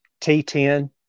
T10